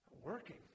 working